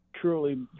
truly